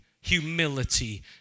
humility